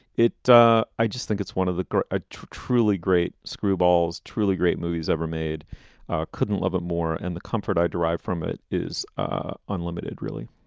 it i just think it's one of the ah truly great screwballs, truly great movies ever made couldn't love it more. and the comfort i derived from it is ah unlimited, really.